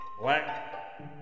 black